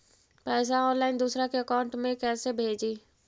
पैसा ऑनलाइन दूसरा के अकाउंट में कैसे भेजी?